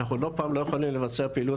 אנחנו לא פעם אנחנו לא יכולים לבצע פעילות